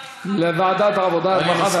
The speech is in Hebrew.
לוועדת העבודה, הרווחה והבריאות.